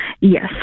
Yes